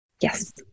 Yes